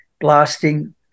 blasting